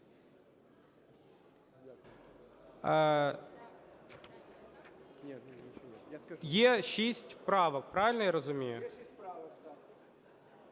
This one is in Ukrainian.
Є 6 правок. Правильно я розумію?